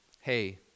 hey